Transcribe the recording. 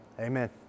Amen